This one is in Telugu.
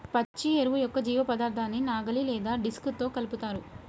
పచ్చి ఎరువు యొక్క జీవపదార్థాన్ని నాగలి లేదా డిస్క్తో కలుపుతారు